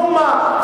מאומה.